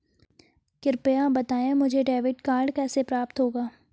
कृपया बताएँ मुझे डेबिट कार्ड कैसे प्राप्त होगा?